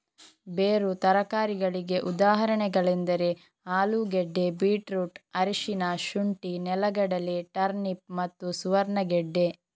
ಬೇರು ತರಕಾರಿಗಳಿಗೆ ಉದಾಹರಣೆಗಳೆಂದರೆ ಆಲೂಗೆಡ್ಡೆ, ಬೀಟ್ರೂಟ್, ಅರಿಶಿನ, ಶುಂಠಿ, ನೆಲಗಡಲೆ, ಟರ್ನಿಪ್ ಮತ್ತು ಸುವರ್ಣಗೆಡ್ಡೆ